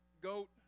goat